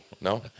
No